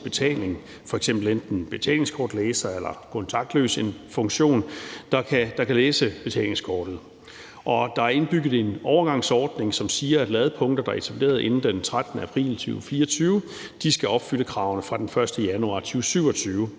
betaling, f.eks. enten betalingskort, laser eller kontaktløs funktion, der kan læse betalingskortet. Der er indbygget en overgangsordning, som siger, at ladepunkter, der er etableret inden den 13. april 2024, skal opfylde kravene fra den 1. januar 2027,